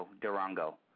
Durango